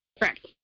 Correct